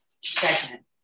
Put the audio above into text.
segment